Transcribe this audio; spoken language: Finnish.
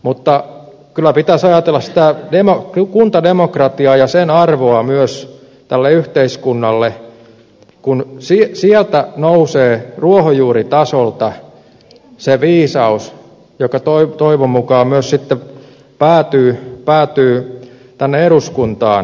mutta kyllä pitäisi ajatella sitä kuntademokratiaa ja sen arvoa myös tälle yhteiskunnalle kun sieltä nousee ruohonjuuritasolta se viisaus joka toivon mukaan myös sitten päätyy tänne eduskuntaan